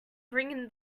bring